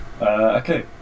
okay